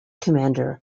commander